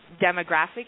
demographic